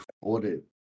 ordered